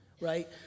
right